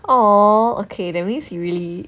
!aww! okay that means really